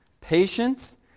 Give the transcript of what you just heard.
patience